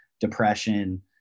depression